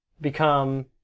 become